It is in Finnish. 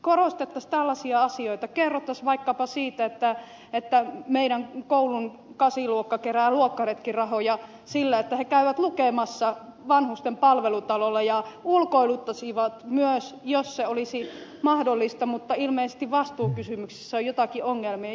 korostettaisiin tällaisia asioita kerrottaisiin vaikkapa siitä että meidän koulun kasiluokka kerää luokkaretkirahoja sillä että he käyvät lukemassa vanhusten palvelutalolla ja ulkoiluttaisivat myös jos se olisi mahdollista mutta ilmeisesti vastuukysymyksissä on joitakin ongelmia